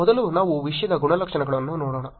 ಮೊದಲು ನಾವು ವಿಷಯದ ಗುಣಲಕ್ಷಣಗಳನ್ನು ನೋಡೋಣ